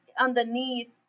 underneath